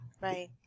right